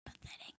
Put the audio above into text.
pathetic